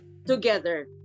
Together